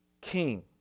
king